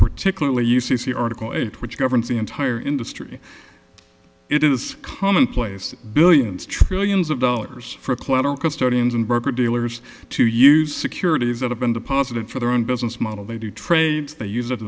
particularly u c c article eight which governs the entire industry it is common place billions trillions of dollars for collateral custodians and broker dealers to use securities that have been deposited for their own business model they do trades they use it